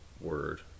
word